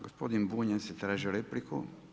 Gospodin Bunjac je tražio repliku.